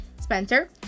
Spencer